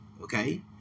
Okay